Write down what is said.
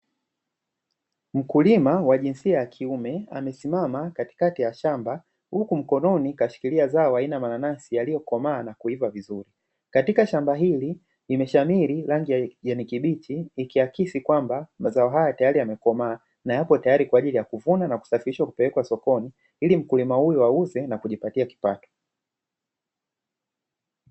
Mkulima wa jinsia ya kiume amesimama katikati ya shamba, huku mkononi kashikilia zao aina mananasi yaliyokomaa na kuivaa vizuri. Katika shamba hili imeshamiri rangi ya kijani kibichi, ikiakisi kwamba mazao haya tayari yamekomaa, na yapo tayari kwa ajili ya kuvuna na kusafirishwa kupelekwa sokoni ili mkulima huyu wauze na kujipatia kipato.